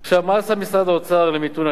מה עשה משרד האוצר למיתון העלייה?